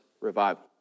revival